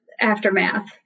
aftermath